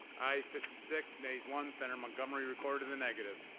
ayes fifty six, nays one, senator montgomery recorded in the negative.